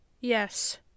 Yes